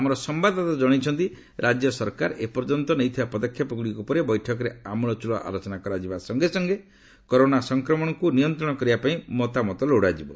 ଆମର ସମ୍ଭାଦଦାତା ଜଣାଇଛନ୍ତି ରାଜ୍ୟ ସରକାର ଏପର୍ଯ୍ୟନ୍ତ ନେଇଥିବା ପଦକ୍ଷେପ ଗୁଡ଼ିକ ଉପରେ ବୈଠକରେ ଆମୁଳଚୂଳ ଆଲୋଚନା କରାଯିବା ସଙ୍ଗେ ସଙ୍ଗେ କରୋନା ସଂକ୍ରମଣକୁ ନିୟନ୍ତ୍ରଣ କରିବା ପାଇଁ ମତାମତ ଲୋଡାଯିବ